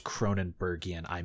Cronenbergian